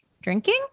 drinking